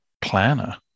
planner